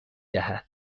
دهد